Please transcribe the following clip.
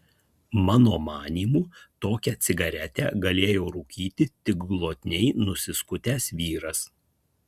mano manymu tokią cigaretę galėjo rūkyti tik glotniai nusiskutęs vyras